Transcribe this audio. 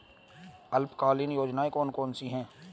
अल्पकालीन योजनाएं कौन कौन सी हैं?